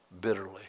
bitterly